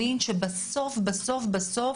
אני רוצה להאמין שבסוף בסוף בסוף,